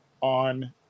on